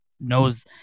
knows